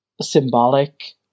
symbolic